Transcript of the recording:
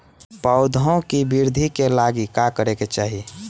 पौधों की वृद्धि के लागी का करे के चाहीं?